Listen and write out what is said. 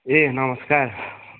ए नमस्कार